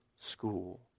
school